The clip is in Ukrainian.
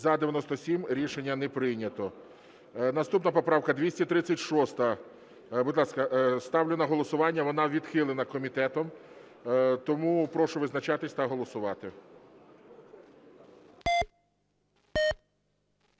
За-97 Рішення не прийнято. Наступна поправка 236. Будь ласка, ставлю на голосування, вона відхилена комітетом. Тому прошу визначатись та голосувати.